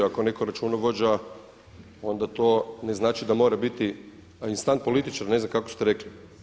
Ako je netko računovođa onda to ne znači da mora biti instant političar, ne znam kako ste rekli.